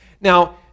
Now